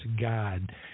God